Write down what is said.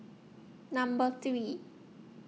Number three